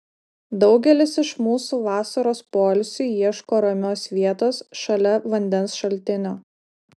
daugelis iš mūsų vasaros poilsiui ieško ramios vietos šalia vandens šaltinio